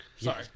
sorry